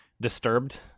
Disturbed